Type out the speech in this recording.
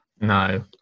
No